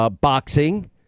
boxing